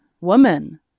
woman